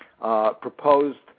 proposed